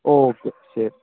okay ശരി